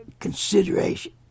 Consideration